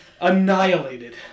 annihilated